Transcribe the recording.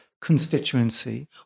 constituency